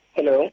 Hello